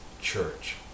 church